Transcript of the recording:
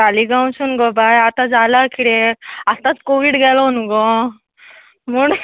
तालिगांवसून गो बाय आतां जाला किरें आतांत कोवीड गेलो न्ही गो म्हूण